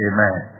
Amen